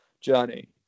journey